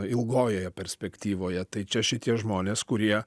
ilgojoje perspektyvoje tai čia šitie žmonės kurie